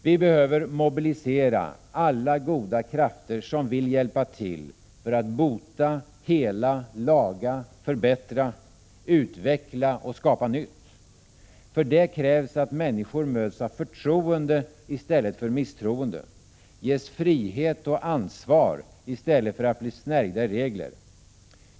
Vi behöver mobilisera alla goda krafter som vill hjälpa till för att bota, hela, laga och förbättra, utveckla och skapa nytt. För det krävs att människor möts av förtroende i stället för misstroende, ges frihet och ansvar i stället för att bli snärjda i regler.